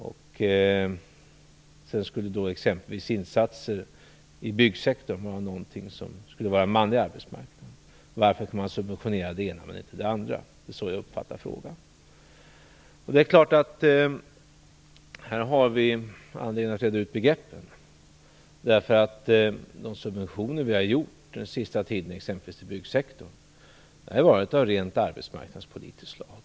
Därmed skulle insatser på byggsektorn representera en manlig arbetsmarknad. Varför skall man subventionera det ena men inte det andra? Det är så jag uppfattar frågan. Här har vi anledning att reda ut begreppen. De subventioner som vi har infört under den senaste tiden t.ex. inom byggsektorn har varit av rent arbetsmarknadspolitiskt slag.